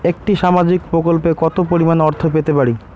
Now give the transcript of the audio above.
একটি সামাজিক প্রকল্পে কতো পরিমাণ অর্থ পেতে পারি?